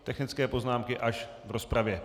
Technické poznámky až v rozpravě.